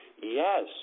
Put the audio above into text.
Yes